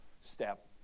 step